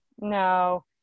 No